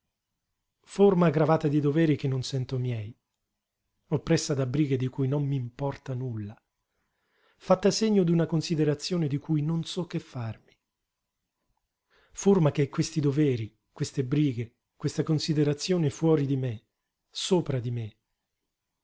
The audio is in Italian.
forma gravata di doveri che non sento miei oppressa da brighe di cui non m'importa nulla fatta segno d'una considerazione di cui non so che farmi forma che è questi doveri queste brighe questa considerazione fuori di me sopra di me